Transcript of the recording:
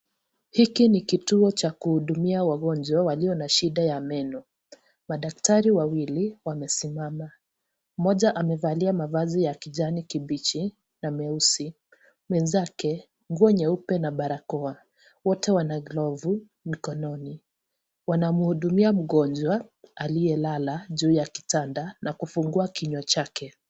Hiki ni kituo cha kuhudumia wagonjwa walio na shida ya meno, madakitari wawili wamesimama, mmoja amevalia mavazi ya kijani kibichi na meusi, mwenzake nguo nyeupe na barakoa, wote wana glovu mikononi, wanamuhudumia mgonjwa aliyelala juu ya kitanda na kufungua kinywa chake.